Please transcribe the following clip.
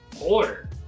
order